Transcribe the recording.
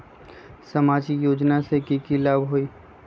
सामाजिक योजना से की की लाभ होई?